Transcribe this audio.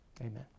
Amen